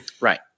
right